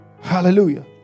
Hallelujah